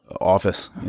office